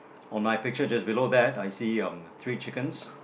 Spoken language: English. on my picture just below that I see um three chickens